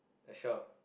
a shop